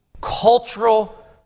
cultural